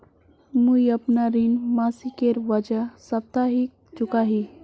मुईअपना ऋण मासिकेर बजाय साप्ताहिक चुका ही